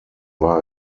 war